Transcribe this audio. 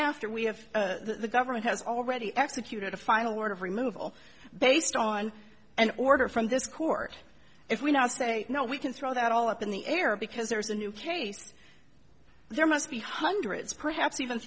after we have the government has already executed a final word of removal based on an order from this court if we now say no we can throw that all up in the air because there's a new case there must be hundreds perhaps even